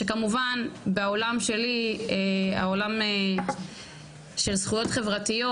שכמובן בעולם שלי, העולם של זכויות חברתיות,